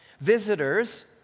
visitors